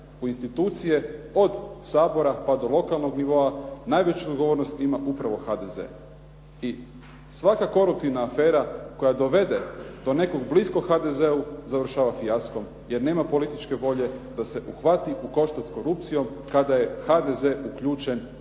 u institucije od Sabora pa do lokalnog nivoa najveću odgovornost ima upravo HDZ. I svaka koruptivna afera koja dovede do nekog bliskog HDZ-u završava fijaskom, jer nema političke volje da se uhvati u koštac s korupcijom kada je HDZ uključen,